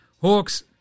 Hawks